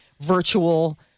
virtual